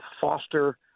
foster